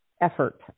effort